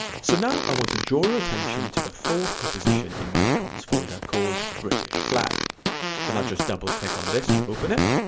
so now i want to draw your attention to the fourth composition in my comps folder called british flag and i'll just double click on this to open it.